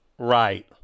right